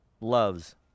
loves